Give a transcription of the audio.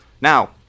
Now